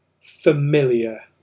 familiar